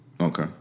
Okay